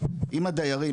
אם הדיירים,